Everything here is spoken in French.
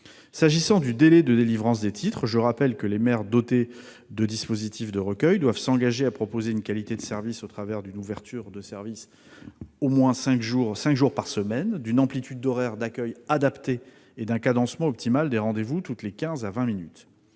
S'agissant du délai de délivrance des titres, je rappelle que les mairies dotées de dispositifs de recueil doivent s'engager à proposer une qualité de service, au travers d'une ouverture du service de cinq jours par semaine, d'une amplitude horaire d'accueil au public adaptée et d'un cadencement optimal des rendez-vous, toutes les quinze à vingt minutes.